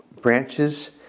branches